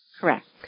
Correct